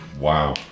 Wow